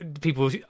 people